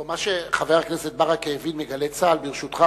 מה שחבר הכנסת ברכה הביא מ"גלי צה"ל" ברשותך,